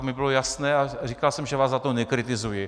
Mně bylo jasné a říkal jsem, že vás za to nekritizuji.